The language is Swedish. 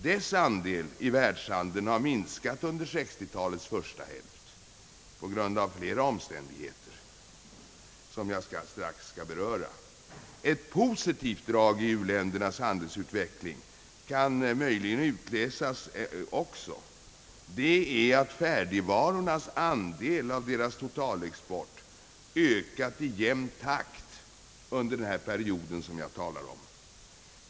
Dess andel i världshandeln har minskat under 1960-talets första hälft på grund av flera omständigheter, som jag strax skall beröra. Ett positivt drag i u-ländernas handelsutveckling kan möjligen också utläsas. Det är att färdigvarornas andel av deras totalexport ökat i jämn takt under den period som jag talar om.